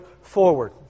forward